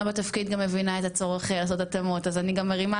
בתפקיד גם מבינה את הצורך לעשות התאמות אז אני גם מרימה